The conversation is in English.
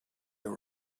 your